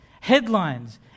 headlines